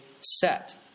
set